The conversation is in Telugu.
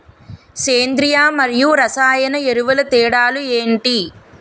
సేంద్రీయ మరియు రసాయన ఎరువుల తేడా లు ఏంటి?